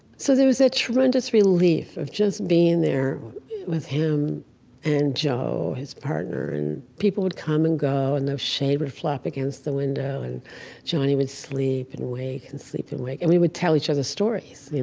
so there's a tremendous relief of just being there with him and joe, his partner. and people would come and go, and the shade would flop against the window. and johnny would sleep and wake and sleep and wake. and we would tell each other stories. we